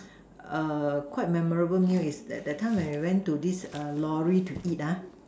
err quite memorable meal is that that time we went to this err lorry to eat ah